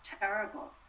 terrible